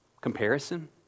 comparison